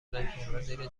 مهمانپذیر